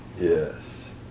Yes